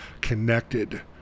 connected